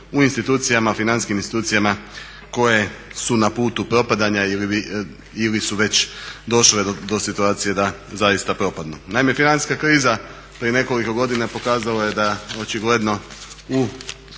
u institucijama, financijskim institucijama koje su na putu propadanja ili su već došle do situacije da zaista propadnu. Naime financijska kriza prije nekoliko godina pokazala je da očigledno u